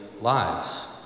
lives